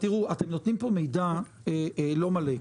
אתם נותנים פה מידע לא מלא.